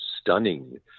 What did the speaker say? stunning